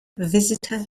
visitor